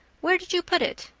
where did you put it?